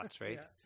right